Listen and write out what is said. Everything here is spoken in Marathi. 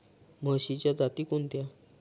म्हशीच्या जाती कोणत्या?